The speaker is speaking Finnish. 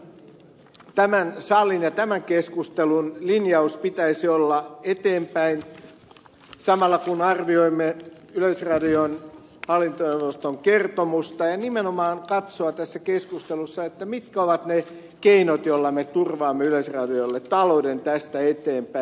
näin ollen tämän salin ja tämän keskustelun linjauksen pitäisi olla eteenpäin samalla kun arvioimme yleisradion hallintoneuvoston kertomusta ja nimenomaan pitäisi katsoa tässä keskustelussa mitkä ovat ne keinot joilla me turvaamme yleisradiolle talouden tästä eteenpäin